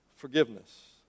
forgiveness